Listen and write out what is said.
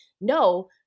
no